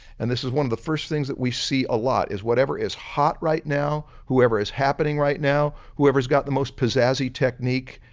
and this is one of the first things that we see a lot is whatever is hot right now, whoever is happening right now, whoever's got the most pizzazzy technique,